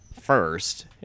first